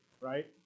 right